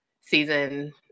season